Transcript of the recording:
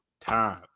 time